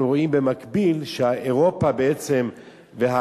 אנחנו רואים במקביל שאירופה בעצם,